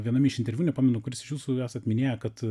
viename iš interviu nepamenu kuris iš jūsų esat minėję kad